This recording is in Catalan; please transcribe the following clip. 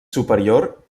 superior